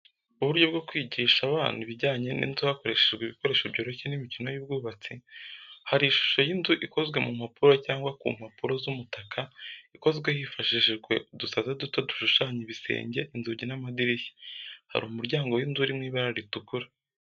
Uburyo bwo kwigisha abana ibijyanye n'inzu hakoreshejwe ibikoresho byoroshye n’imikino y’ubwubatsi. Hari ishusho y’inzu ikozwe ku mpapuro cyangwa ku mpapuro z’umutaka. ikozwe hifashishijwe udusate duto dushushanya ibisenge, inzugi n’amadirishya. hari umuryango w’inzu uri mu ibara ritukura.